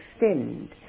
extend